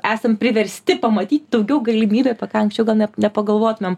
esam priversti pamatyti daugiau galimybių apie ką anksčiau gal nepagalvotumėm